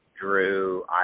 drew